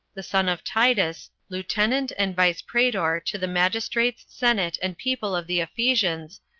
the son of titus, lieutenant and vice-praetor to the magistrates, senate, and people of the ephesians,